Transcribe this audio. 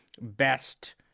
best